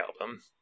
album